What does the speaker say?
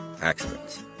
accidents